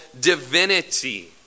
divinity